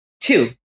Two